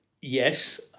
Yes